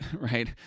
right